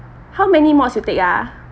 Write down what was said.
how many mods you take ah